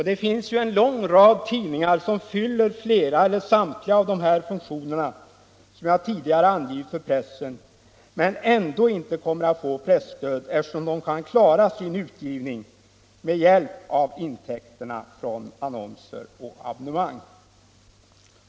Det finns en lång rad tidningar som fyller flera eller samtliga av de uppställda funktionskraven, som jag tidigare angivit, men som ändå inte kommer att få presstöd, eftersom de kan klara sin utgivning med hjälp av intäkterna från annonser och abonnemang.